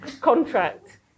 contract